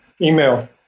email